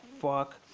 fuck